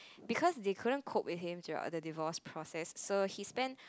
because they couldn't cope with him throughout the divorce process so he spent